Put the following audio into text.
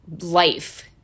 life